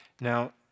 Now